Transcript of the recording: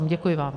Děkuji vám.